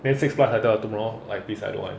then six but I tell tomorrow like please I don't want